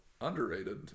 Underrated